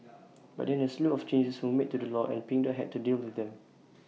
but then A slew of changes were made to the law and pink dot had to deal with them